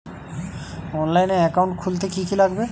অনলাইনে একাউন্ট খুলতে কি কি লাগবে?